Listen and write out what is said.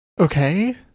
Okay